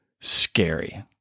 scary